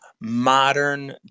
modern